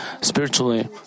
spiritually